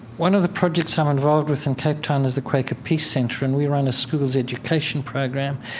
one of the projects i'm involved with in cape town is the quaker peace centre, and we run a school's education program.